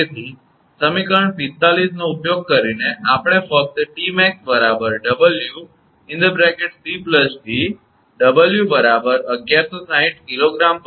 તેથી સમીકરણ 45 નો ઉપયોગ કરીને આપણે ફક્ત 𝑇𝑚𝑎𝑥 𝑊 𝑐 𝑑 𝑊 1160 𝐾𝑔𝐾𝑚 1